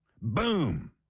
Boom